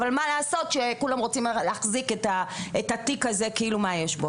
אבל מה לעשות שכולם רוצים להחזיק את התיק הזה כאילו מה יש בו.